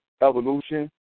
evolution